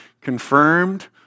confirmed